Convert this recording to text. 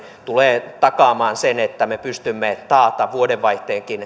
tulee takaamaan sen että me pystymme takaamaan vuodenvaihteen